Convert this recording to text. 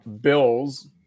Bills